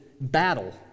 battle